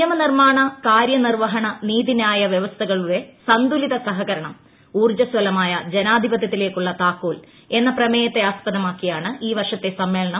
നിയമനിർമ്മാണ കാര്യനിർവ്വഹണ നീതിന്യായ വൃവസ്ഥകളുടെ സന്തുലിത ഊർജ്ജസ്വലമായ ജനാധിപത്യത്തിലേക്കുള്ള സഹകരണം താക്കോൽ എന്ന പ്രമേയത്തെ ആസ്പദമാക്കിയാണ് ഈ വർഷത്തെ സമ്മേളനം